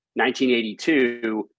1982